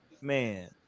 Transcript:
man